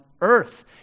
earth